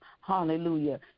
Hallelujah